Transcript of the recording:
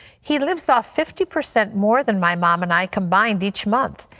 he lives off fifty percent more than my mom and i combined each month.